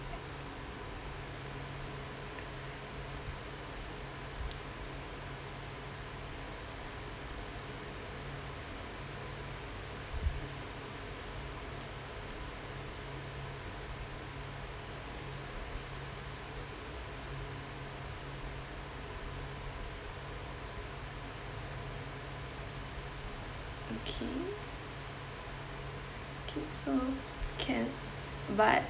okay okay so can but